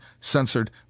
censored